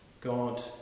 God